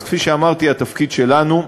אז כפי שאמרתי, התפקיד שלנו,